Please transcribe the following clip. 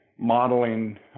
modeling